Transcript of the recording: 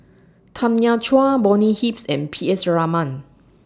Tanya Chua Bonny Hicks and P S Raman